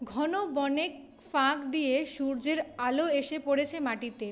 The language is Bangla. ঘন বনের ফাঁক দিয়ে সূর্যের আলো এসে পড়েছে মাটিতে